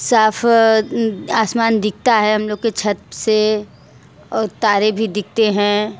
साफ़ आसमान दिखता है हम लोग के छत्त से औ तारे भी दिखते हैं